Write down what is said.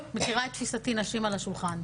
את מכירה את תפיסתי "נשים על השולחן",